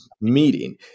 meeting